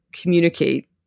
communicate